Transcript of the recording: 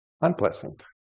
unpleasant